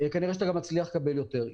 כנראה שאתה מצליח לקבל יותר.